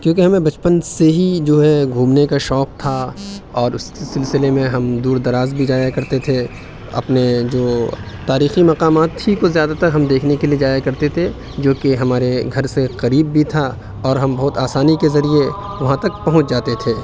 کیونکہ ہمیں بچپن سے ہی جو ہے گھومنے کا شوق تھا اور اس سلسلے میں ہم دور دراز بھی جایا کرتے تھے اپنے جو تاریخی مقامات ہی کو زیادہ تر ہم دیکھنے کے لیے جایا کرتے تھے جو کہ ہمارے گھر سے قریب بھی تھا اور ہم بہت آسانی کے ذریعے وہاں تک پہنچ جاتے تھے